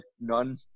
none